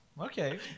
Okay